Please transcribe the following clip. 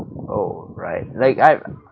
oh right like I